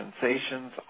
sensations